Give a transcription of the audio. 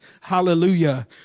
Hallelujah